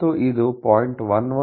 6665 ಪಡೆಯಬಹುದು ಮತ್ತು ಇದು 0